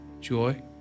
joy